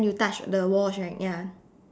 then you touch the walls right ya